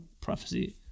prophecy